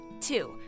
Two